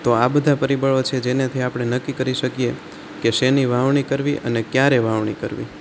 તો આ બધાં પરિબળો છે જેનાથી આપણે નક્કી કરી શકીએ કે શેની વાવણી કરવી અને ક્યારે વાવણી કરવી